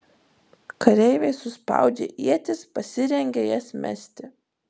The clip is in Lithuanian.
kareiviai suspaudžia ietis pasirengia jas mesti